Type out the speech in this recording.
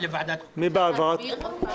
הוועדה לקידום מעמד האישה.